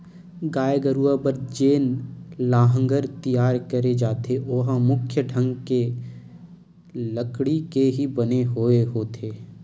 गाय गरुवा बर जेन लांहगर तियार करे जाथे ओहा मुख्य ढंग ले लकड़ी के ही बने होय होथे